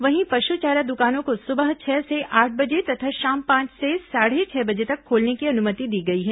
वहीं पशु चारा दुकानों को सुबह छह से आठ बजे तथा शाम पांच से साढ़े छह बजे तक खोलने की अनुमति दी गई है